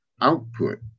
output